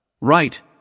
Right